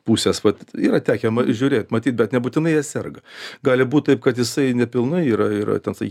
pusės vat yra tekę žiūrėt matyt bet nebūtinai ja serga gali būt taip kad jisai nepilnai yra yra ten sakykim